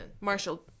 Marshall